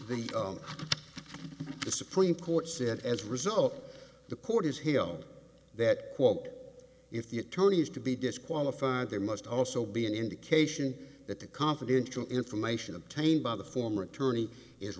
the the supreme court said as a result the court is here on that quote if the attorney is to be disqualified there must also be an indication that the confidential information obtained by the former attorney is